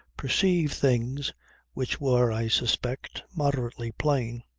perceive things which were, i suspect, moderately plain.